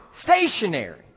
stationary